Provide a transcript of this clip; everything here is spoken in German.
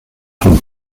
von